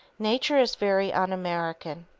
nature is very un-american.